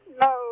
No